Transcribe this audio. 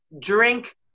drink